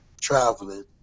traveling